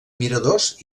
miradors